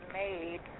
made